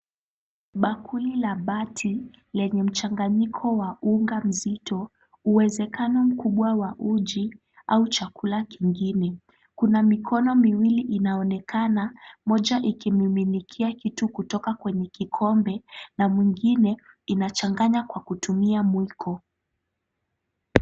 Bakuli la bati lenye mchanganyiko wa unga mzito uwezekano mkubwa wa uji au chakula kingine. Kuna mikono miwili inaonekana moja ikimiminikia kitu kutoka kwenye kikombe na mwingine inachanganya kwa kutumia mwiko.